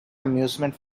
amusement